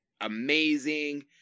amazing